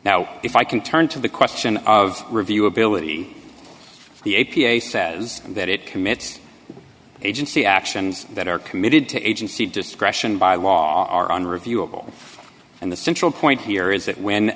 now if i can turn to the question of review ability the a p a says that it commits agency actions that are committed to agency discretion by law are on reviewable and the central point here is that when